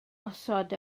osod